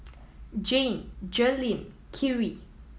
Jan Jerilynn Khiry